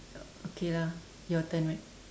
okay lah your turn right